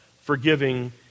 forgiving